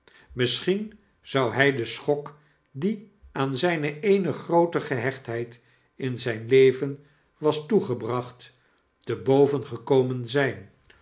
misschien zou hij den schok die aan zyne eene groote gehechtheid in zyn leven was toegebracht te boven gekotten zyn